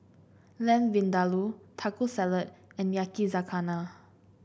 Lamb Vindaloo Taco Salad and Yakizakana